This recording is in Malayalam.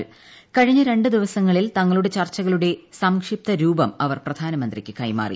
് കഴിഞ്ഞ രണ്ട് ദിവസങ്ങളിൽ തങ്ങളുടെ ചർച്ചകളുടെ സംക്ഷിപ്തരൂപം അവർ പ്രധാനമന്ത്രിക്ക് കൈമാറി